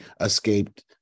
escaped